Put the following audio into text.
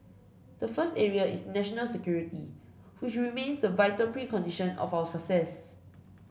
the first area is national security which remains a vital precondition of our success